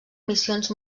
missions